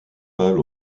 pâle